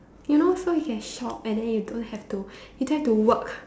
you know so you can shop and then you don't have to you don't have to work